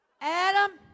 Adam